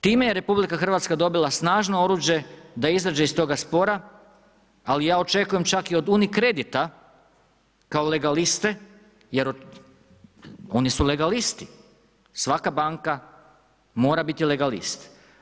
Time je RH dobila snažno oruđe da izađe iz toga spora, ali ja očekujem čak i od UniCredita kao legaliste jer oni su legalisti, svaka banka mora biti legalist.